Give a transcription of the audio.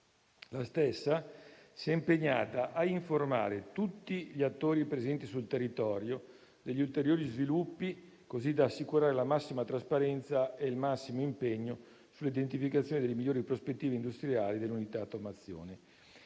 La stessa si è impegnata a informare tutti gli attori presenti sul territorio degli ulteriori sviluppi, così da assicurare la massima trasparenza e il massimo impegno sull'identificazione delle migliori prospettive industriali dell'unità automazione.